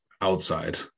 outside